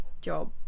job